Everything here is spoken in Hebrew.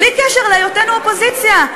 בלי קשר להיותנו אופוזיציה,